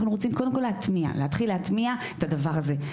אנחנו רוצים קודם כל להתחיל להטמיע את הדבר הזה.